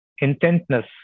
intentness